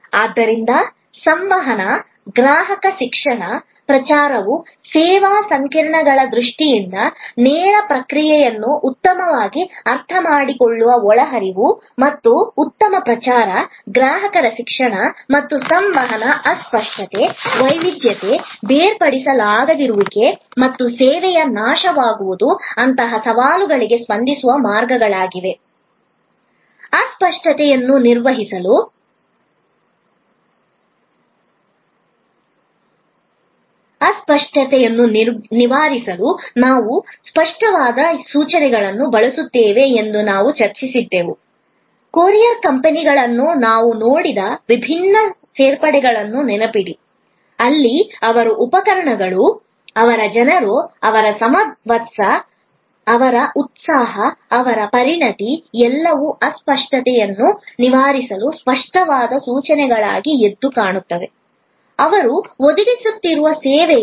ಆದ್ದರಿಂದ ಸಂವಹನ ಗ್ರಾಹಕ ಶಿಕ್ಷಣ ಪ್ರಚಾರವು ಸೇವಾ ಸಂಕೀರ್ಣತೆಗಳ ದೃಷ್ಟಿಯಿಂದ ಸೇವಾ ಪ್ರಕ್ರಿಯೆಯನ್ನು ಉತ್ತಮವಾಗಿ ಅರ್ಥಮಾಡಿಕೊಳ್ಳುವ ಒಳಹರಿವು ಮತ್ತು ಉತ್ತಮ ಪ್ರಚಾರ ಗ್ರಾಹಕರ ಶಿಕ್ಷಣ ಮತ್ತು ಸಂವಹನ ಅಸ್ಪಷ್ಟತೆ ವೈವಿಧ್ಯತೆ ಬೇರ್ಪಡಿಸಲಾಗದಿರುವಿಕೆ ಮತ್ತು ಸೇವೆಯ ನಾಶವಾಗುವುದು ಅಂತಹ ಸವಾಲುಗಳಿಗೆ ಸ್ಪಂದಿಸುವ ಮಾರ್ಗಗಳಾಗಿವೆ ಅಸ್ಪಷ್ಟತೆಯನ್ನು ನಿವಾರಿಸಲು ನಾವು ಸ್ಪಷ್ಟವಾದ ಸೂಚನೆಗಳನ್ನು ಬಳಸುತ್ತೇವೆ ಎಂದು ನಾವು ಚರ್ಚಿಸಿದ್ದೇವೆ ಕೊರಿಯರ್ ಕಂಪೆನಿಗಳನ್ನು ನಾವು ನೋಡಿದ ವಿಭಿನ್ನ ಸೇರ್ಪಡೆಗಳನ್ನು ನೆನಪಿಡಿ ಅಲ್ಲಿ ಅವರ ಉಪಕರಣಗಳು ಅವರ ಜನರು ಅವರ ಸಮವಸ್ತ್ರ ಅವರ ಉತ್ಸಾಹ ಅವರ ಪರಿಣತಿ ಎಲ್ಲವೂ ಅಸ್ಪಷ್ಟತೆಯನ್ನು ನಿವಾರಿಸಲು ಸ್ಪಷ್ಟವಾದ ಸೂಚನೆಗಳಾಗಿ ಎದ್ದುಕಾಣುತ್ತವೆ ಅವರು ಒದಗಿಸುತ್ತಿರುವ ಸೇವೆಯ